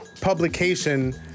publication